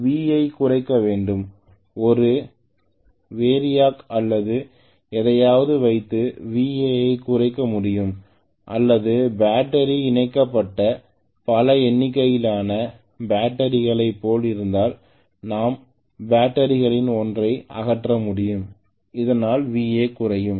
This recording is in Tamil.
Va ஐக் குறைக்க வேண்டும் ஒரு வேரிஆக் அல்லது எதையாவது வைத்து Va ஐக் குறைக்க முடியும் அல்லது பேட்டரி இணைக்கப்பட்ட பல எண்ணிக்கையிலான பேட்டரிகளைப் போல இருந்தால் நான் பேட்டரிகளில் ஒன்றை அகற்ற முடியும் இதனால் Va குறையும்